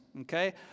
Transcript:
okay